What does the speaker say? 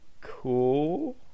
cool